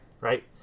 Right